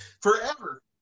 Forever